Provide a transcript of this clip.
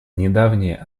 недавнее